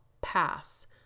pass